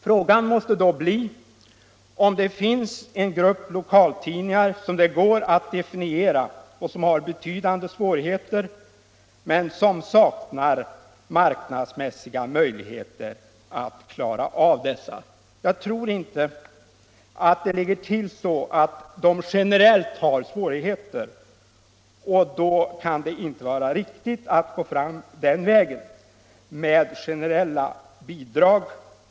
Frågan måste då bli om det finns en definierbar grupp av lokaltidningar som har betydande svårigheter men som saknar marknadsmässiga möjligheter att klara av dessa. Jag tror inte att sådana generella svårigheter föreligger. Det kan då inte heller vara riktigt att gå fram med generella bidrag.